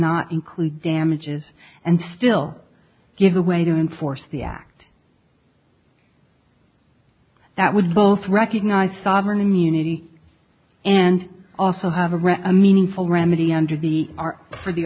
not include damages and still give a way to enforce the act that would both recognize sovereign immunity and also have a right a meaningful remedy under the are for the